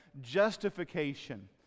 justification